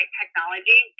technology